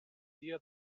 dia